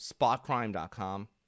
spotcrime.com